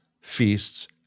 feasts